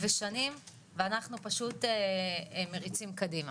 ואנחנו פשוט מריצים קדימה.